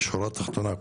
בשורה תחתונה,